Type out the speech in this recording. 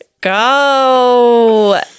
go